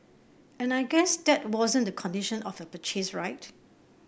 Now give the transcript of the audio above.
and I guess that wasn't the condition of your purchase right